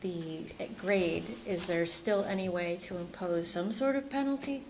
the grave is there still any way to impose some sort of penalty